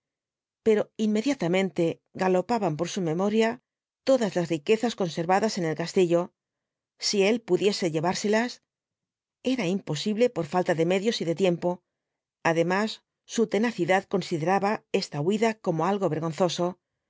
pero inmediatamente galopaban por su memoria todas las riquezas conservadas en el castillo si él pudiese llevárselas era imposible por falta de medios y de tiempo además su tenacidad consideraba esta huida como algo vergonzoso